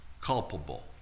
culpable